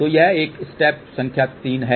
तो यह एक स्टेप संख्या 3 है